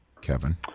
Kevin